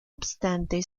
obstante